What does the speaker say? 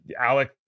Alec